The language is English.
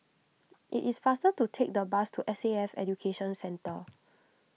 it is faster to take the bus to S A F Education Centre